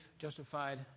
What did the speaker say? justified